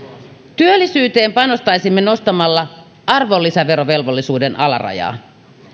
työllisyyteen panostaisimme nostamalla arvonlisäverovelvollisuuden alarajaa